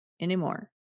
anymore